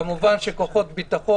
כמובן כוחות ביטחון,